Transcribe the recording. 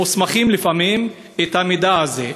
מוסמכים לפעמים, את המידע הזה.